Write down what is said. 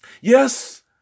Yes